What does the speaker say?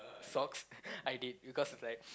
socks I did because right